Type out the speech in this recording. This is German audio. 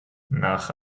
nach